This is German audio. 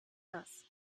das